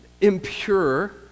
Impure